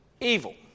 evil